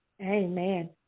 Amen